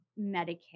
Medicare